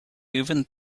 even